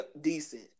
decent